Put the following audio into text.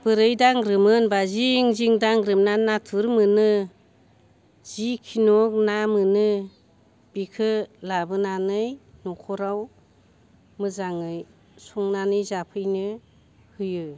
बोरै दांग्रोमो होनोबा जिं जिं दांग्रोमना नाथुर मोनो जिखुनो ना मोनो बिखो लाबोनानै नखराव मोजाङै संनानै जाफैनो होयो